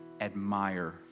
admire